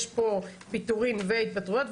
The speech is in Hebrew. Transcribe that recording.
יש פה פיטורים והתפטרויות.